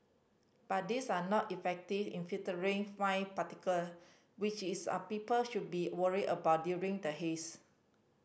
but these are not effective in filtering fine particle which is are people should be worried about during the haze